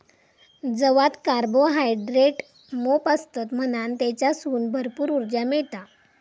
जवात कार्बोहायड्रेट मोप असतत म्हणान तेच्यासून भरपूर उर्जा मिळता